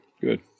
good